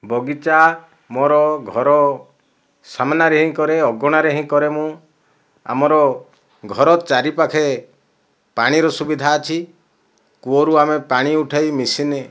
ବଗିଚା ମୋର ଘର ସାମ୍ନାରେ ହିଁ କରେ ଅଗଣାରେ ହିଁ କରେ ମୁଁ ଆମର ଘର ଚାରିପାଖେ ପାଣିର ସୁବିଧା ଅଛି କୂଅରୁ ଆମେ ପାଣି ଉଠାଇ ମେସିନ୍